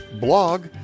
blog